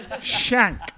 Shank